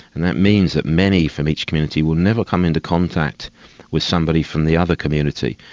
and that means that many from each community will never come into contact with somebody from the other community.